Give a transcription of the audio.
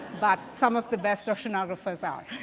but some of the best oceanographers are.